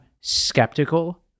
skeptical